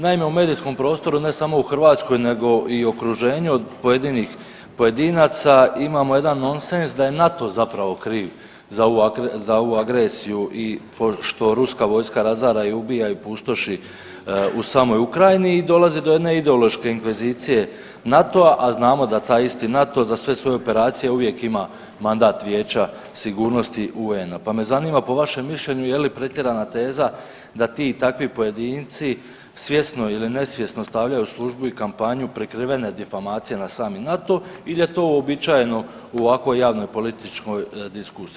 Naime, u medijskom prostoru ne samo u Hrvatskoj nego i u okruženju od pojedinih pojedinaca imamo jedan nonsens da je NATO zapravo kriv za ovu agresiju i što ruska vojska razara i ubija i pustoši u samoj Ukrajini i dolazi do jedne ideološke inkvizicije NATO-a, a znamo da taj isti NATO za sve svoje operacije uvijek ima mandat Vijeća sigurnosti UN-a, pa me zanima po vašem mišljenju je li pretjerana teza da ti i takvi pojedinci svjesno ili nesvjesno stavljaju u službu i kampanju prikrivene difamacije na sami NATO ili je to uobičajeno u ovako javnoj političkoj diskusiji?